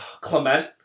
Clement